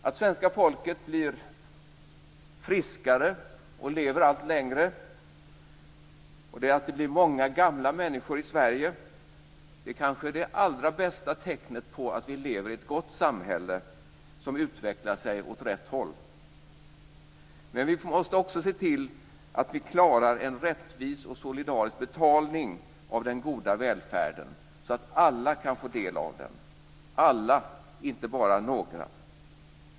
Att svenska folket blir friskare och lever allt längre, att det blir många gamla människor i Sverige, är kanske det allra bästa tecknet på att vi lever i ett gott samhälle som utvecklar sig åt rätt håll. Men vi måste också se till att vi klarar en rättvis och solidarisk betalning av den goda välfärden, så att alla kan få del av den; alla, inte bara några.